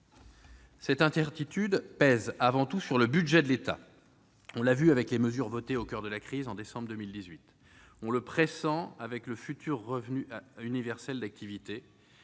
Cette incertitude pèse avant tout sur le budget de l'État. On l'a vu avec les mesures votées au coeur de la crise, en décembre 2018. On le pressent avec le futur revenu universel d'activité